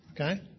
Okay